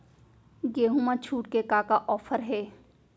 गेहूँ मा छूट के का का ऑफ़र हे?